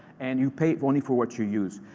and you pay only for what you use.